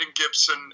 Gibson